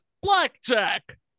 Blackjack